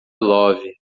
love